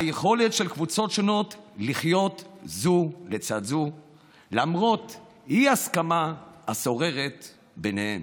היכולת של קבוצות שונות לחיות זו לצד זו למרות האי-הסכמה השוררת ביניהן.